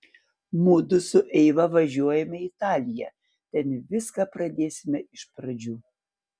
mudu su eiva važiuojame į italiją ten viską pradėsime iš pradžių